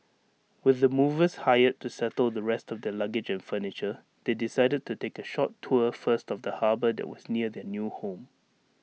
with the movers hired to settle the rest of their luggage and furniture they decided to take A short tour first of the harbour that was near their new home